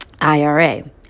IRA